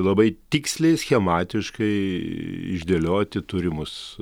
labai tiksliai schematiškai išdėlioti turimus